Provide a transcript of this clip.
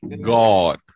God